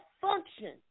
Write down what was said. function